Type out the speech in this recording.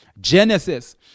Genesis